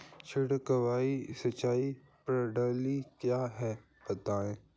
छिड़काव सिंचाई प्रणाली क्या है बताएँ?